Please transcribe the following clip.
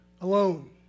alone